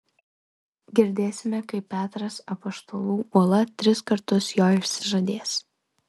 girdėsime kaip petras apaštalų uola tris kartus jo išsižadės